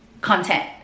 content